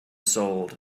sold